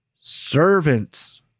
servants